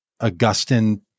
Augustine